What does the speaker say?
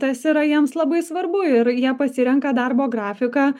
tas yra jiems labai svarbu ir jie pasirenka darbo grafiką